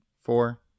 Four